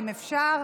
אם אפשר.